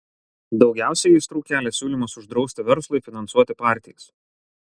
daugiausiai aistrų kelia siūlymas uždrausti verslui finansuoti partijas